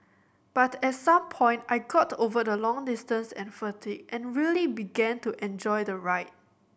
but at some point I got over the long distance and fatigue and really began to enjoy the ride